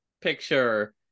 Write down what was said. picture